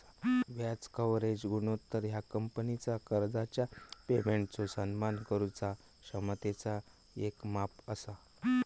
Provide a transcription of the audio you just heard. व्याज कव्हरेज गुणोत्तर ह्या कंपनीचा कर्जाच्या पेमेंटचो सन्मान करुचा क्षमतेचा येक माप असा